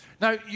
Now